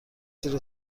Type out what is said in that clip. زیر